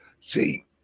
See